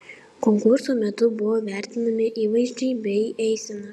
konkurso metu buvo vertinami įvaizdžiai bei eisena